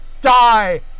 die